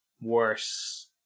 worse